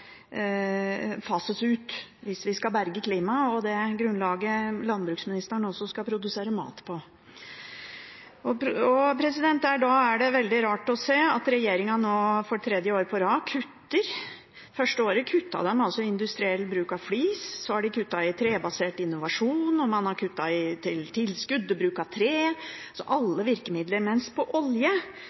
fases ut hvis vi skal berge klimaet og det grunnlaget landbruksministeren også skal produsere mat på. Da er det veldig rart å se at regjeringen nå for tredje år på rad kutter: Første året kuttet de altså industriell bruk av flis, så har de kuttet i trebasert innovasjon, og man har kuttet i tilskudd til bruk av tre – med alle virkemidler. Men på olje